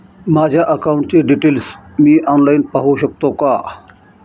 माझ्या अकाउंटचे डिटेल्स मी ऑनलाईन पाहू शकतो का?